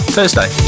Thursday